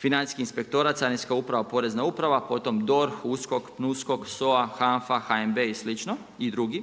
Financijski inspektorat, Carinska uprava, Porezna uprava, potom DORH, USKOK, PNUSKOK, SOA, HANFA, HNB i slično i drugi.